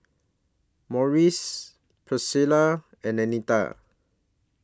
Morris Pricilla and Anita